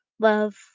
Love